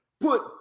put